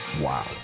Wow